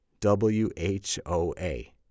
W-H-O-A